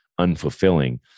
unfulfilling